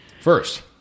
first